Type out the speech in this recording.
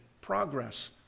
progress